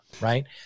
right